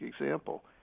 example